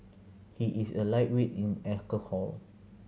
he is a lightweight in alcohol